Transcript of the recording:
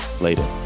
Later